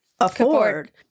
afford